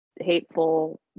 hateful